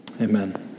Amen